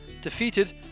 defeated